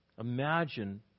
Imagine